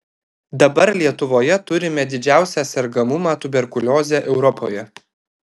dabar lietuvoje turime didžiausią sergamumą tuberkulioze europoje